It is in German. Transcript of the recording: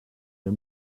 der